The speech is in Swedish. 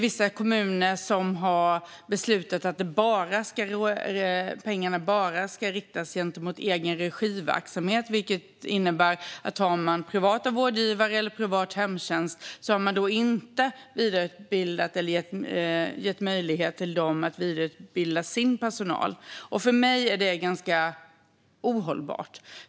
Vissa kommuner har beslutat att pengarna bara ska riktas mot verksamheter i egen regi, vilket innebär att om man har privata vårdgivare eller privat hemtjänst har dessa inte fått möjlighet att vidareutbilda sin personal. För mig är det ganska ohållbart.